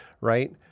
right